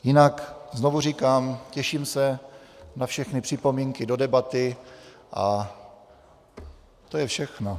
Jinak znovu říkám, těším se na všechny připomínky do debaty a to je všechno.